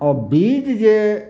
अ बीज जे